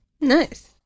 Nice